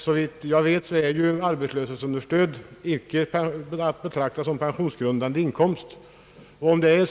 Såvitt jag vet är arbetslöshetsunderstöd inte att betrakta såsom pensionsgrundande inkomst.